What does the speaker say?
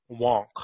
wonk